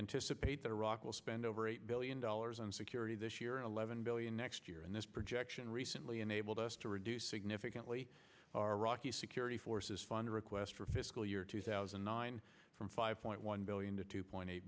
anticipate that iraq will spend over eight billion dollars on security this year eleven billion next year and this projection recently enabled us to reduce significantly our rocky security forces fund request for fiscal year two thousand and nine from five point one billion to two point eight